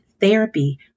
Therapy